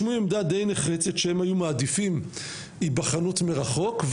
השמיעו עמדה די נחרצת שהם היו מעדיפים היבחנות מרחוק.